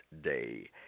day